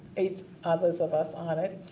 eight others of us on it.